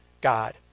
God